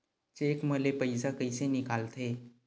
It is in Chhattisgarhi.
चेक म ले पईसा कइसे निकलथे?